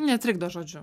netrikdo žodžiu